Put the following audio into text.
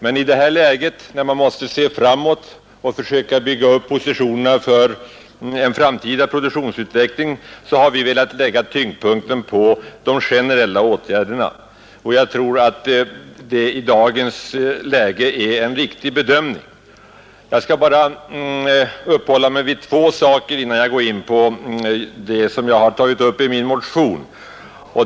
I detta läge, då man måste se framåt och försöka bygga upp positionerna för en framtida produktionsutveckling, har vi emellertid velat lägga tyngdpunkten på de generella åtgärderna. I dagens läge tror jag att det är en riktig bedömning. Jag skall bara uppehålla mig vid två spörsmål innan jag går in på vad jag har tagit upp i min motion.